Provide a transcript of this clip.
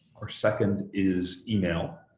our second is email,